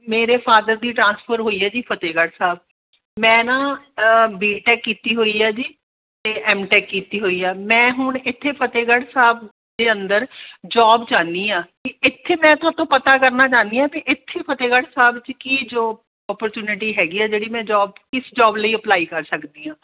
ਮੇਰੇ ਫਾਦਰ ਦੀ ਟਰਾਂਸਫਰ ਹੋਈ ਹੈ ਜੀ ਫਤਿਹਗੜ੍ਹ ਸਾਹਿਬ ਮੈਂ ਨਾ ਬੀ ਟੈਕ ਕੀਤੀ ਹੋਈ ਹੈ ਜੀ ਅਤੇ ਐੱਮ ਟੈਕ ਕੀਤੀ ਹੋਈ ਆ ਮੈਂ ਹੁਣ ਇੱਥੇ ਫਤਿਹਗੜ੍ਹ ਸਾਹਿਬ ਦੇ ਅੰਦਰ ਜੋਬ ਚਾਹੁੰਦੀ ਹਾਂ ਕਿ ਇੱਥੇ ਮੈਂ ਥੋਤੋਂ ਪਤਾ ਕਰਨਾ ਚਾਹੁੰਦੀ ਹਾਂ ਵੀ ਇੱਥੇ ਫਤਿਹਗੜ੍ਹ ਸਾਹਿਬ 'ਚ ਕੀ ਜੋਬ ਓਪਰਚੁਨਿਟੀ ਹੈਗੀ ਆ ਜਿਹੜੀ ਮੈਂ ਜੋਬ ਕਿਸ ਜੋਬ ਲਈ ਅਪਲਾਈ ਕਰ ਸਕਦੀ ਹਾਂ